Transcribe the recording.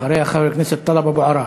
אחריה, חבר הכנסת טלב אבו עראר.